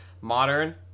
modern